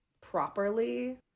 properly